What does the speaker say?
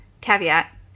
caveat